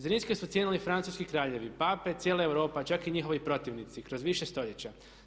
Zrinske su cijenili francuski kraljevi, pape, cijela Europa čak i njihovi protivnici kroz više stoljeća.